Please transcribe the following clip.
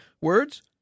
words